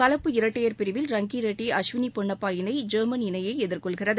கலப்பு இரட்டையர் பிரிவில் ரங்கி ரெட்டி அஸ்வினி பொன்னப்பா இணை ஜெர்மன் இணையை எதிர்கொள்கிறது